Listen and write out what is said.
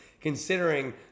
considering